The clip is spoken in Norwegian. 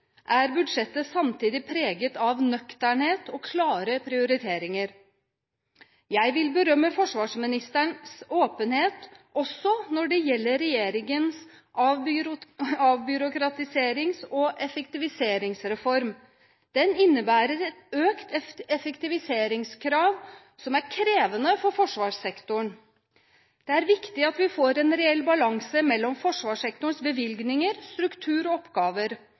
er budsjettet samtidig preget av nøkternhet og klare prioriteringer. Jeg vil berømme forsvarsministerens åpenhet også når det gjelder regjeringens avbyråkratiserings- og effektiviseringsreform. Den innebærer et økt effektiviseringskrav som er krevende for forsvarssektoren. Det er viktig at vi får en reell balanse mellom forsvarssektorens bevilgninger, struktur og oppgaver